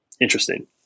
interesting